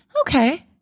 okay